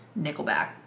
Nickelback